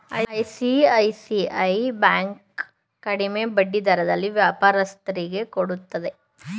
ICICI bank ಕಡಿಮೆ ಬಡ್ಡಿ ದರದಲ್ಲಿ ವ್ಯಾಪಾರಸ್ಥರಿಗೆ ಕೊಡುತ್ತದೆ